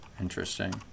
Interesting